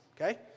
okay